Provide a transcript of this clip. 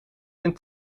ben